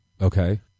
Okay